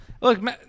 look